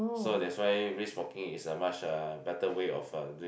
so that's why brisk walking is a much uh better way of a doing